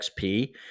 XP